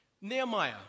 Nehemiah